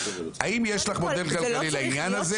האם יש לך מודל כלכלי לעניין הזה?